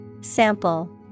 Sample